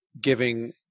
giving